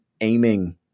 aiming